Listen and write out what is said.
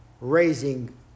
raising